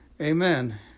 amen